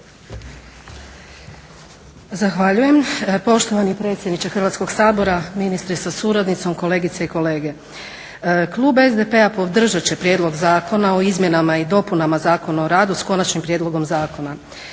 Zahvaljujem poštovani predsjedniče Hrvatskog sabora, ministre sa suradnicom, kolegice i kolege. Klub SDP-a podržat će prijedlog Zakona o izmjenama i dopunama Zakona o radu s konačnim prijedlogom zakona.